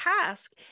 task